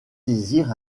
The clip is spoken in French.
désire